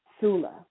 Sula